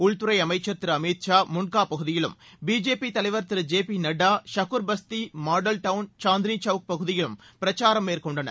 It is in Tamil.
உள்துறை அமைச்சர் திரு அமித்ஷா முன்ட்கா பகுதியிலும் பிஜேபி தலைவர் திரு J P Nadda ஷகுர் Basti model down Chandni Chowk பகுதியில் பிரச்சாரம் மேற்கொண்டனர்